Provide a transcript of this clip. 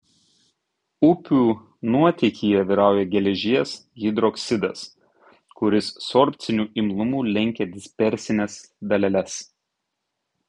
upių nuotėkyje vyrauja geležies hidroksidas kuris sorbciniu imlumu lenkia dispersines daleles